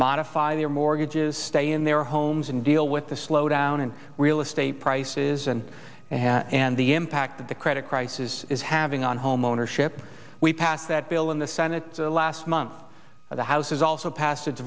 modify their mortgages stay in their homes and deal with the slow down and real estate prices and and the impact of the credit crisis is having on homeownership we passed that bill in the senate last month the house has also pass